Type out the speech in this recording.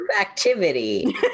activity